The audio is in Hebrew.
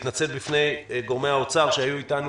ולהתנצל בפני גורמי האוצר שהיו איתנו.